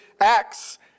Acts